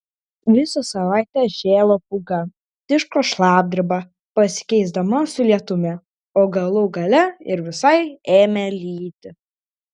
visą savaitę šėlo pūga tiško šlapdriba pasikeisdama su lietumi o galų gale ir visai ėmė lyti